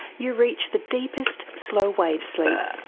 you reach the deepest slow wave sleep.